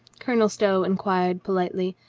colonel stow in quired politely.